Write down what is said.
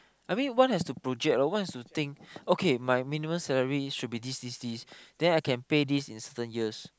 I mean one has to project loh one has to think okay my minimum salary should be this this this then I can pay this in certain years